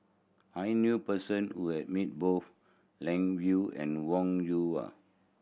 I knew person who has met both Lan Yoo and Wong Yoon Wah